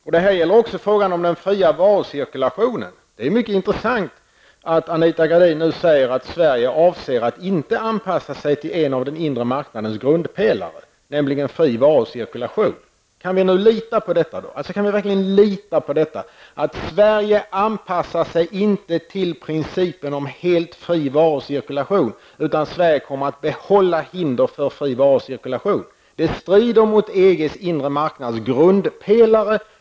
När det gäller frågan om den fria varucirkulationen är det mycket intressant att Anita Gradin nu säger att Sverige avser att inte anpassa sig till en av den inre marknadens grundpelare, nämligen fri varucirkulation. Kan vi verkligen lita på detta -- att Sverige inte anpassar sig till principen om helt fri varucirkulation, utan kommer att behålla hinder för fri varucirkulation? Det strider mot EGs inre marknads grundpelare.